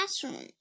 classroom